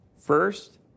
First